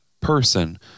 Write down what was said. person